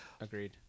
Agreed